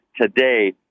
today